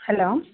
hello